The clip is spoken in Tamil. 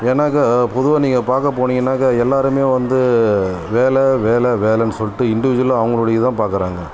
ஏனாக்கா பொதுவாக நீங்கள் பார்க்க போனிங்கனாக்க எல்லாருமே வந்து வேலை வேலை வேலைனு சொல்லிட்டு இண்டிவிஜுவல்லாக அவங்களுடையது தான் பார்க்குறாங்க